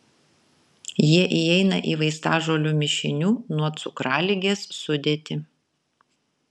jie įeina į vaistažolių mišinių nuo cukraligės sudėtį